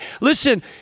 listen